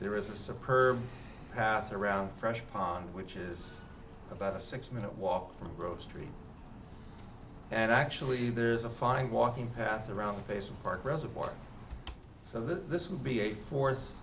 there is a superb path around fresh pond which is about a six minute walk from grove street and actually there's a fine walking path around the base of park reservoir so this will be a force